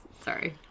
sorry